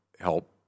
help